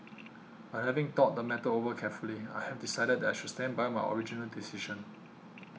but having thought the matter over carefully I have decided that I should stand by my original decision